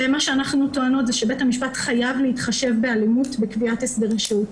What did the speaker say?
אנחנו טוענות שבית המשפט חייב להתחשב בנושא האלימות בקביעת הסדרי שהות.